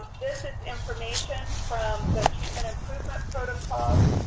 this is information from the treatment improvement protocol,